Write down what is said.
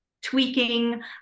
tweaking